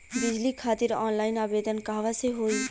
बिजली खातिर ऑनलाइन आवेदन कहवा से होयी?